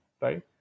right